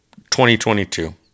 2022